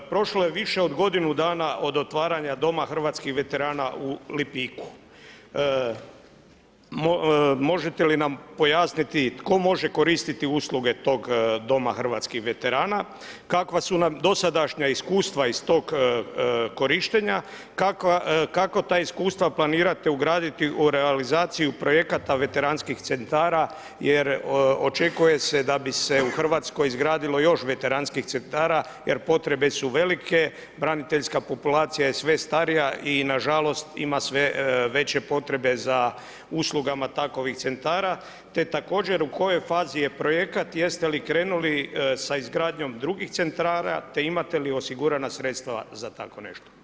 Prošlo je više od godinu dana, od otvaranje doma hrvatskih veterana u Lipiku, možete li nam pojasniti tko može koristiti usluge tog doma hrvatskih veterana, kakva su nam dosadašnja iskustva iz tog korištenja, kako ta iskustva planirate ugraditi u realizaciju projekata veteranskih centara jer očekuje se da bi se u RH izgradilo još veteranskih centara jer potrebe su velike, braniteljska populacija je sve starija i nažalost, ima sve veće potrebe za uslugama takovih centara, te također u kojoj fazi je projekat, jeste li krenuli sa izgradnjom drugih centara, te imate li osigurana sredstva za tako nešto?